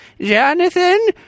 jonathan